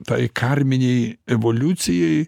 tai karminei evoliucijai